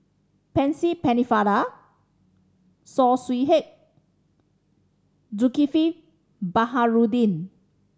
Percy Pennefather Saw Swee Hock Zulkifli Baharudin